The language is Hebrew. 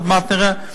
עוד מעט נראה,